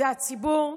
זה הציבור,